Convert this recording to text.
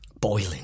Boiling